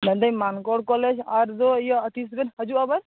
ᱢᱮᱱᱫᱟᱹᱧ ᱢᱟᱱᱠᱚᱨ ᱠᱚᱞᱮᱡᱽ ᱟᱨᱫᱚ ᱤᱭᱟᱹ ᱛᱤᱥᱵᱮᱱ ᱦᱟ ᱡᱩᱜᱼᱟ ᱵᱮᱱ